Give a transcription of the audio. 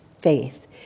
faith